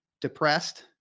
depressed